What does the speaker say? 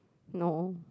no